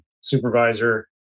supervisor